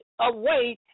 away